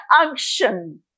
unction